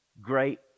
great